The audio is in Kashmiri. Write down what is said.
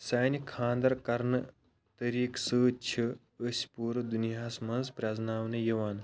سانہِ خانٛدر کَرنہٕ طریقہٕ سۭتۍ چھِ أسۍ پوٗرٕ دُنیاہَس مَنٛز پرٛیٚزناونہٕ یِوان